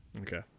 okay